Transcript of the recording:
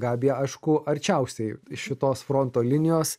gabija aišku arčiausiai šitos fronto linijos